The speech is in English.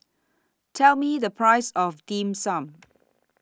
Tell Me The Price of Dim Sum